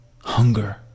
hunger